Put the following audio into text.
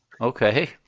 Okay